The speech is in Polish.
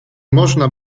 można